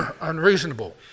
Unreasonable